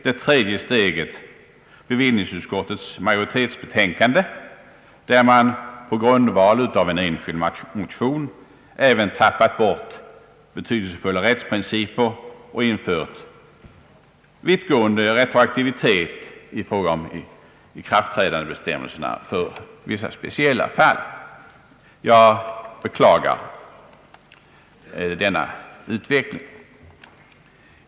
Det tredje steget var bevillningsutskottets majoritetsbetänkande, där man på grundval av en enskild motion även tappat bort betydelsefulla rättsprinciper och inför vittgående retroaktivitet i fråga om ikraftträdandebestämmelserna för vissa speciella fall. Jag beklagar denna utveckling.